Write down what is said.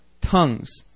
tongues